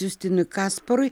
justinui kasparui